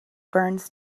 burns